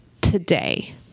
today